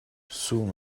soon